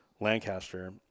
Lancaster